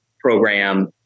program